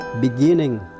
beginning